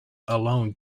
alone